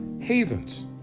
havens